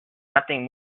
nothing